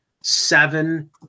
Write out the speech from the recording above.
seven